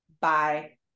Bye